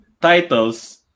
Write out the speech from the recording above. titles